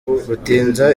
gutinza